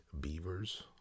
Beavers